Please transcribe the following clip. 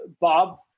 Bob